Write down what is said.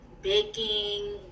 Baking